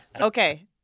Okay